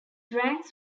ranks